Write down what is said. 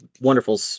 wonderful